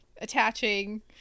attaching